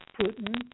Putin